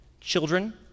Children